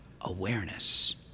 awareness